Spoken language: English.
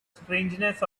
strangeness